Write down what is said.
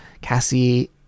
Cassie